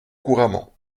couramment